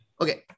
Okay